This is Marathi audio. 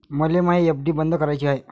मले मायी एफ.डी बंद कराची हाय